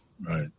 Right